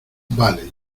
vale